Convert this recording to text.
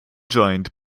joined